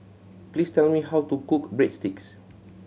please tell me how to cook Breadsticks